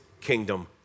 kingdom